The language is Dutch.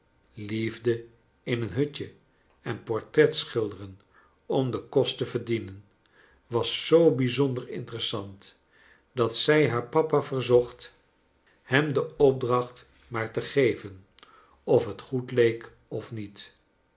liefde in een hutje en portretschilderen om den kost te verdienen was zoo bijzonder interessant dat zij haar papa verzocht hem de opdracht maar te geven of het goed leek of niet